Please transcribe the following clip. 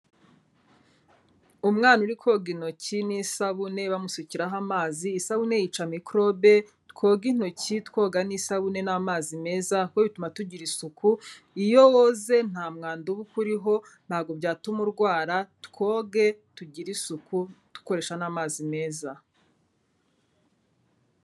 Umwana uri koga intoki n'isabune bamusukiraho amazi, isabune yica mikorobe, twoge intoki twoga n'isabune n'amazi meza kuko bituma tugira isuku, iyo woze nta mwanda uba ukuriho, ntabwo byatuma urwara, twoge, tugire isuku dukoresha n'amazi meza.